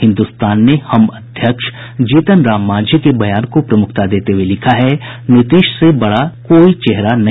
हिन्द्रस्तान ने हम अध्यक्ष जीतन राम मांझी के बयान को प्रमुखता देते हुए लिखा है नीतीश से बड़ा कोई चेहरा नहीं